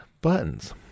buttons